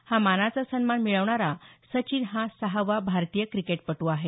हा मानाचा सन्मान मिळवणारा सचिन हा सहावा भारतीय क्रिकेटपटू आहे